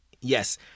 Yes